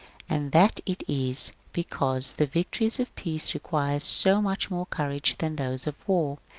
and that it is because the victories of peace require so much more courage than those of war,